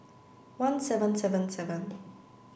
one seven seven seven